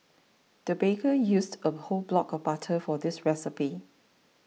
the baker used a whole block of butter for this recipe